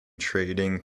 trading